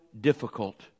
difficult